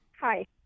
hi